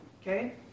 Okay